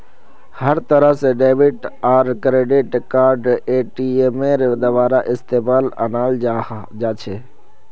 हर तरह से डेबिट आर क्रेडिट कार्डक एटीएमेर द्वारा इस्तेमालत अनाल जा छे